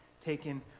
taken